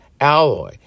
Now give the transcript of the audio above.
alloy